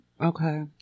okay